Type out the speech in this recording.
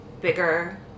bigger